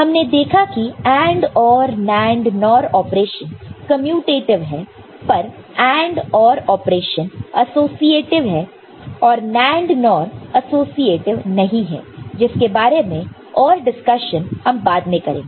हमने देखा कि AND OR NAND NOR operation commutative है पर AND OR ऑपरेशन एसोसिएटिव है और NAND NOR एसोसिएटिव नहीं है जिसके बारे में और डिस्कशन हम बाद में करेंगे